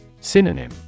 Synonym